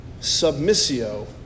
submissio